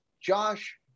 josh